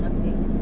okay